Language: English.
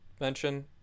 mention